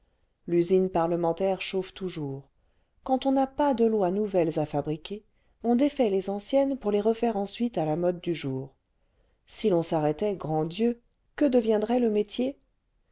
l'usine parlementaire chauffe toujours quand on n'a pas de lois nouvelles à fabriquer on défait les anciennes pour les refaire ensuite à la mode du jour si l'on s'arrêtait grand dieu que deviendrait le métier